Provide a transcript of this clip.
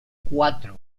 cuatro